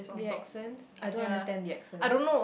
the accents I don't understand the accents